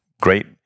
great